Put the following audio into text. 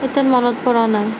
এতিয়া মনত পৰা নাই